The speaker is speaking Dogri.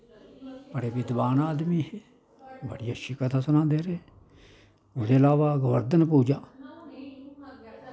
बड़े बिधवान आदमी हे बड़ी अच्छी कथा सनांदे रेह् ओह्दे अलावा गवर्दन पूजा